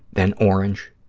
then orange,